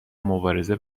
مبارزه